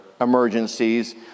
emergencies